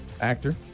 Actor